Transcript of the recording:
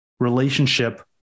relationship